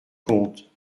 compte